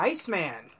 Iceman